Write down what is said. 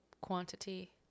quantity